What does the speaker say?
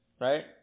right